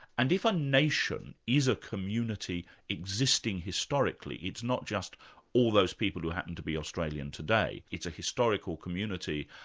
and if a nation is a community existing historically, it's not just all those people who happen to be australian today, it's an historical community,